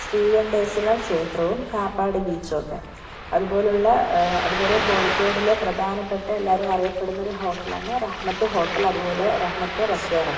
ശ്രീകണ്ടേശ്വരാ ക്ഷേത്രവും കാപ്പാട് ബീച്ചുമൊക്കെ അതുപോലെയുള്ള അതുപോലെ കോഴിക്കോടിലെ പ്രധാനപ്പെട്ട എല്ലാവരും അറിയപ്പെടുന്നൊരു ഹോട്ടലാണ് റഹമത്ത് ഹോട്ടൽ അതുപോലെ റഹമത്ത് റെസ്റ്റോറന്റ്